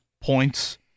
points